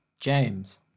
James